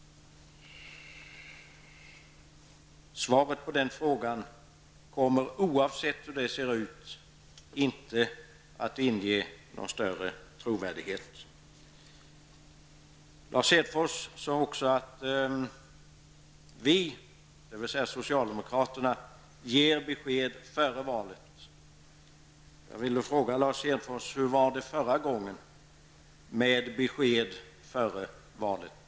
Svaret på den frågan kommer, oavsett vad det blir, inte att inge något större förtroende. Lars Hedfors sade också: Vi -- dvs. socialdemokraterna -- ger besked före valet. Jag vill då fråga Lars Hedfors: Hur var det förra gången med besked före valet?